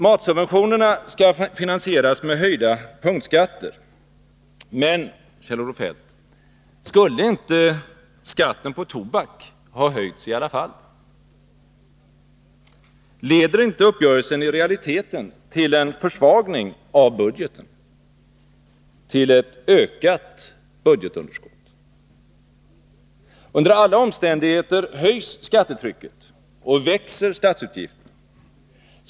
Matsubventionerna skall finansieras med höjda punktskatter. Men, Kjell-Olof Feldt, skulle inte skatten på tobak ha höjts i alla fall? Leder inte uppgörelsen i realiteten till en försvagning av budgeten till ett ökat underskott? Under alla omständigheter höjs skattetrycket, och statsutgifterna växer.